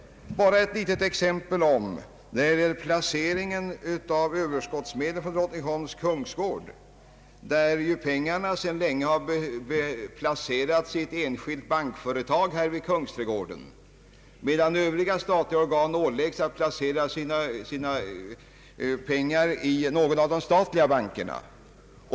Bara ett litet exempel! Överskottsmedlen från Drottningholms kungsgård har sedan länge placerats i ett av de största enskilda bankföretagen vid Kungsträdgården. Övriga statliga organ åläggs däremot att placera sina pengar i någon av de statliga bankerna.